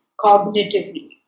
cognitively